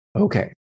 Okay